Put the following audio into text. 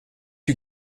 you